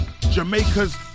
Jamaica's